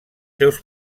seus